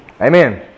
Amen